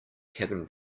cabin